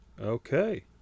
Okay